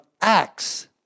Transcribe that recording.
acts